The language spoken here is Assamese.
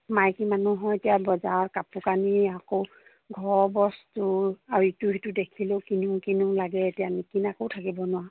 মাইকী মানুহৰ এতিয়া বজাৰৰ কাপোৰ কানি আকৌ ঘৰৰ বস্তু আৰু ইটো সিটো দেখিলোঁ কিনো কিনো লাগে এতিয়া নিকিনাকৈও থাকিব নোৱাৰোঁ